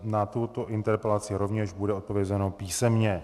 Na tuto interpelaci rovněž bude odpovězeno písemně.